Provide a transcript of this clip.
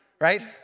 right